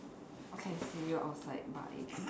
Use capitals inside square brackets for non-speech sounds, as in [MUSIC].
okay see you outside bye [NOISE]